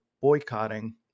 boycotting